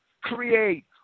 create